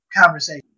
conversation